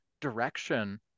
direction